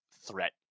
threat